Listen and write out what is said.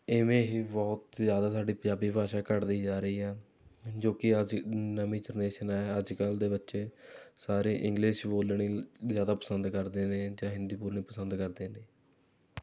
ਇਵੇਂ ਹੀ ਬਹੁਤ ਜ਼ਿਆਦਾ ਸਾਡੀ ਪੰਜਾਬੀ ਭਾਸ਼ਾ ਘੱਟਦੀ ਜਾ ਰਹੀ ਹੈ ਜੋ ਕਿ ਅੱਜ ਦੀ ਨਵੀਂ ਜਨਰੇਸ਼ਨ ਹੈ ਅੱਜ ਕੱਲ੍ਹ ਦੇ ਬੱਚੇ ਸਾਰੇ ਇੰਗਲਿਸ਼ ਬੋਲਣੀ ਜ਼ਿਆਦਾ ਪਸੰਦ ਕਰਦੇ ਨੇ ਜਾਂ ਹਿੰਦੀ ਬੋਲਣੀ ਪਸੰਦ ਕਰਦੇ ਨੇ